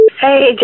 Hey